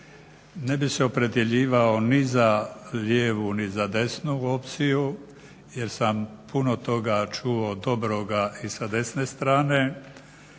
Ne bih se opredjeljivao ni za lijevu ni za desnu opciju jer sam puno toga čuo dobroga i sa desne strane,